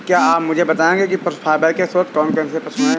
क्या आप मुझे बताएंगे कि पशु फाइबर के स्रोत कौन कौन से पशु हैं?